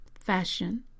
fashion